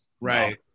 Right